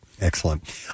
Excellent